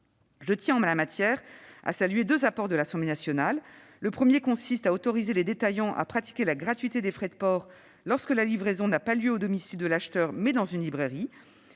Je tiens, en la matière, à saluer deux apports de l'Assemblée nationale. Le premier consiste à autoriser les détaillants à pratiquer la gratuité des frais de port lorsque la livraison n'a pas lieu au domicile de l'acheteur, mais a lieu dans une librairie.